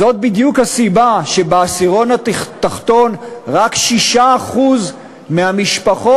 זאת בדיוק הסיבה לכך שבעשירון התחתון רק 6% מהמשפחות,